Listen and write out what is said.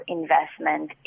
investment